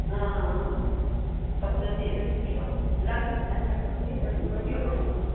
हां सद्दग ते दिक्खेओ लाह्गे उंदे चक्कर चलो कड्ढेओ टाइम तुस